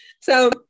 So-